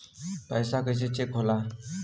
पैसा कइसे चेक होला?